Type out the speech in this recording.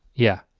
yeah,